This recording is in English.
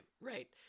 right